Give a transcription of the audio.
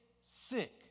sick